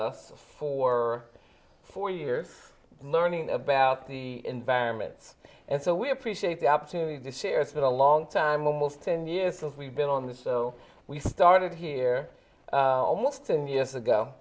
us for four years learning about the environment and so we appreciate the opportunity to share it's been a long time most ten years since we've been on this so we started here almost ten years ago